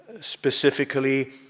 specifically